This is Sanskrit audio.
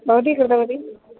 भवती कृतवती